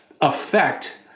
affect